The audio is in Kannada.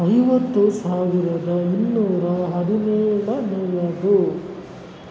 ಐವತ್ತು ಸಾವಿರದ ಇನ್ನೂರ ಹದಿನೇಳನೆಯದು